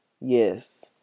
Yes